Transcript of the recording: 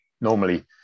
normally